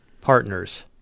partners